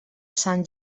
sant